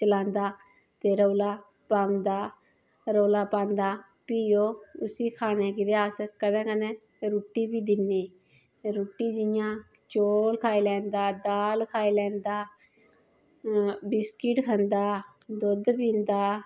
चिलांदा ते रौला पांदा रौला पांदा फिह् ओह् उसी खाने गी बी अस कंदे कंदे रुट्टी बी दिने ते रुटी जियां चौल खाई लैंदा दाल खाई लैंदा बिस्किट खंदा दुध पींदा